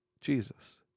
Jesus